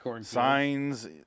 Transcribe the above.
signs